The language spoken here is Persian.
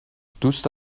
دوست